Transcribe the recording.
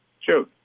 Sure